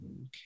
Okay